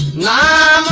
nine